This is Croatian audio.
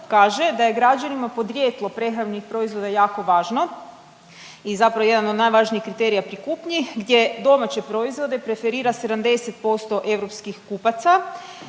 kaže da je građanima podrijetlo prehrambenih proizvoda jako važno i zapravo jedan od najvažnijih kriterija pri kupnji gdje domaće proizvode preferira 70% europskih kupaca